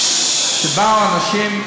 שבאו אנשים,